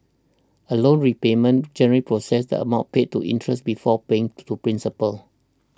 a loan repayment generally processes the amount paid to interest before paying to principal